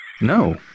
No